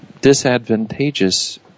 disadvantageous